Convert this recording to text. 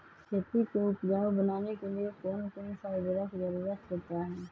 खेती को उपजाऊ बनाने के लिए कौन कौन सा उर्वरक जरुरत होता हैं?